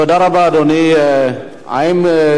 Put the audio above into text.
האם המציע רוצה עוד שלוש דקות?